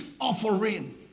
offering